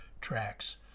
tracks